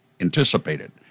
anticipated